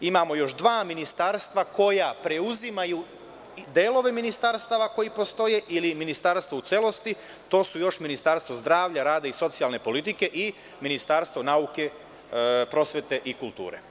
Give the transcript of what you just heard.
Imamo još dva ministarstva koja preuzimaju delove ministarstva koji postoje ili ministarstvo u celosti, to su još Ministarstvo zdravlja, rada i socijalne politike i Ministarstvo nauke, prosvete i kulture.